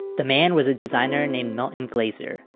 the man was a designer named milton glaser.